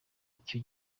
icyo